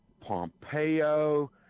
Pompeo